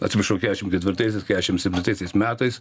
atsiprašau kešim ketvirtaisiais kešim septintaisiais metais